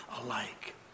alike